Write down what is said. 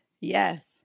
Yes